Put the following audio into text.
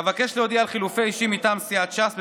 אבקש להודיע על חילופי אישים מטעם סיעת ש"ס.